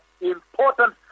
important